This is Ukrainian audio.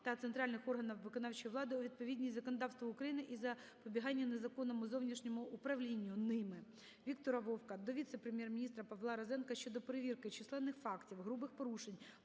та центральних органах виконавчої влади у відповідність законодавству України і запобігання незаконному зовнішньому управлінню ними. Віктора Вовка до Віце-прем'єр-міністра Павла Розенка щодо перевірки численних фактів грубих порушень